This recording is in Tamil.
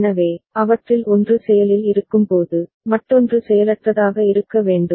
எனவே அவற்றில் ஒன்று செயலில் இருக்கும்போது மற்றொன்று செயலற்றதாக இருக்க வேண்டும்